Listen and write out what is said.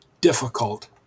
Difficult